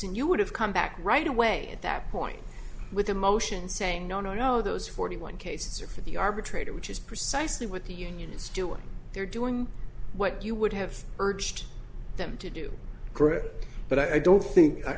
and you would have come back right away at that point with a motion saying no no no those forty one cases are for the arbitrator which is precisely what the union is doing they're doing what you would have urged them to do but i don't think i